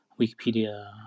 Wikipedia